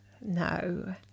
No